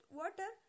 water